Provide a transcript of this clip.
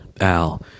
Al